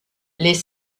les